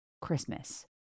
Christmas